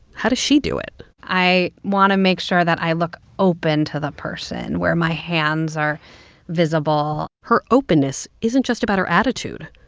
how does she do it? i want to make sure that i look open to the person, where my hands are visible her openness isn't just about her attitude.